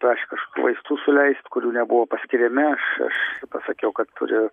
prašė kažkokių vaistų suleist kurių nebuvo paskiriami aš aš pasakiau kad turiu